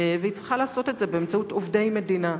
והיא צריכה לעשות את זה באמצעות עובדי מדינה,